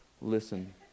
listen